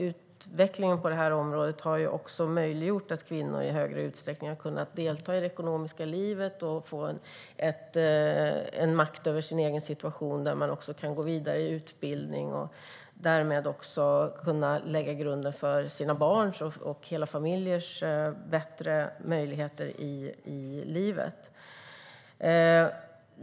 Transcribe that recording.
Utvecklingen på det här området har också möjliggjort för kvinnor att i högre utsträckning delta i det ekonomiska livet, få makt över sin egen situation, gå vidare i utbildning och därmed lägga grunden för bättre möjligheter i livet för sina barn och hela sin familj.